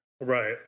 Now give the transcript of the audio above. Right